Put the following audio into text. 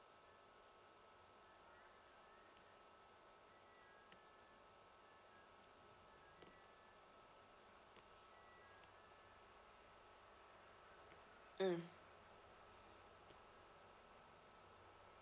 mm